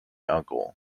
uncle